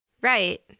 right